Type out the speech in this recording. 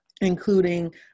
including